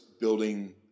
building